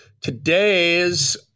today's